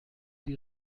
die